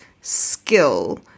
skill